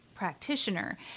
Practitioner